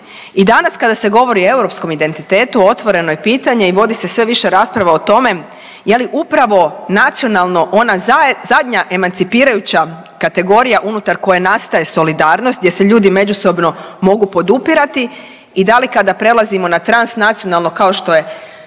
I danas govori o europskom identitetu otvoreno je pitanje i vodi se sve više rasprava o tome je li upravo nacionalno ona zadnja emancipirajuća kategorija unutar koje nastaje solidarnost gdje se ljudi međusobno mogu podupirati i da li kada prelazimo na transnacionalno kao što je